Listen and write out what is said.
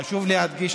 חשוב להדגיש,